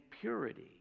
purity